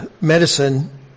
medicine